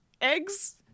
Eggs